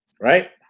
right